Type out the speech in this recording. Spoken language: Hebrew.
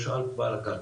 לא שאל את בעל הקרקע.